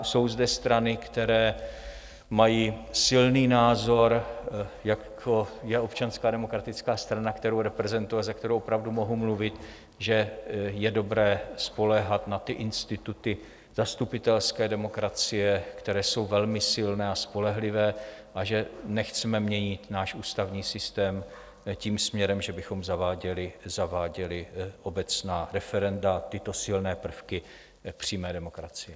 Jsou zde strany, které mají silný názor, jako je Občanská demokratická strana, kterou reprezentuji a za kterou opravdu mohu mluvit, že je dobré spoléhat se na instituty zastupitelské demokracie, které jsou velmi silné a spolehlivé, a že nechceme měnit náš ústavní systém tím směrem, že bychom zaváděli obecná referenda a tyto silné prvky přímé demokracie.